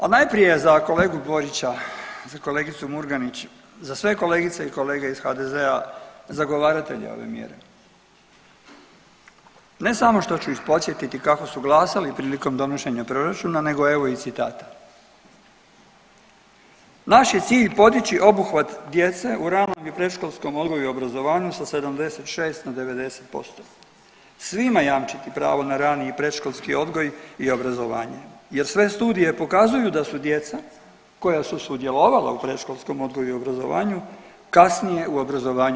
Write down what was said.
A najprije za kolegu Borića, za kolegicu Murganić, za sve kolegice i kolege iz HDZ-a zagovaratelje ove mjere ne samo što ću ih podsjetiti kako su glasali prilikom donošenja proračuna nego evo i citata, naš je cilj podići obuhvat djece u ranom i predškolskom odgoju i obrazovanju sa 76 na 90%, svima jamčiti pravo na rani i predškolski odgoj i obrazovanje jer sve studije pokazuju da su djeca koja su sudjelovala u predškolskom odgoju i obrazovanju kasnije u obrazovanju